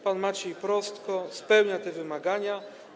Pan Maciej Prostko spełnia te wymagania.